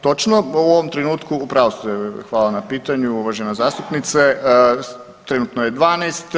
Točno, u ovom trenutku, u pravu ste, hvala na pitanju uvažena zastupnice, trenutno je 12.